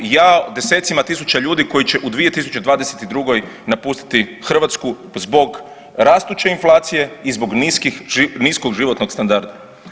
Jao desecima tisuća ljudi koji će u 2022. napustiti Hrvatsku zbog rastuće inflacije i zbog niskog životnog standarda.